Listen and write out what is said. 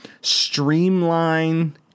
streamline